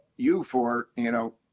you for, you know,